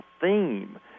theme